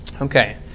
Okay